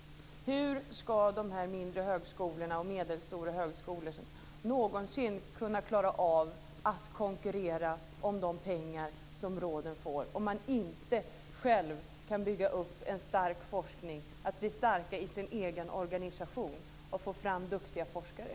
Hur ska de mindre och medelstora högskolorna någonsin kunna klara av att konkurrera om de pengar som råden får om man inte själv kan bygga upp en stark forskning, bli starka i sin egen organisation och få fram duktiga forskare?